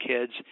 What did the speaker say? kids